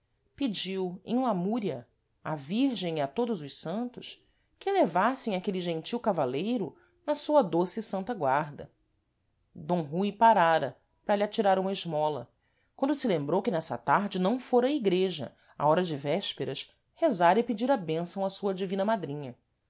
pediu em lamúria à virgem e a todos os santos que levassem aquele gentil cavaleiro na sua doce e santa guarda d rui parara para lhe atirar uma esmola quando se lembrou que nessa tarde não fôra à igreja à hora de vésperas rezar e pedir a bênção à sua divina madrinha